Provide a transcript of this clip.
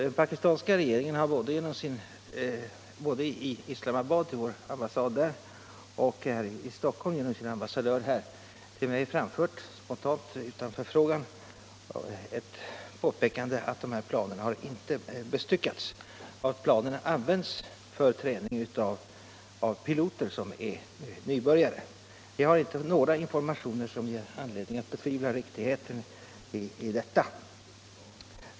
Den pakistanska regeringen har både till vår ambassad i Islamabad och genom sin ambassadör här i Stockholm till mig framfört, spontant utan förfrågan, ett påpekande att de här planen inte har bestyckats. De används för träning av piloter som är nybörjare. Vi har inte några informationer som ger anledning betvivla riktigheten i detta.